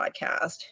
podcast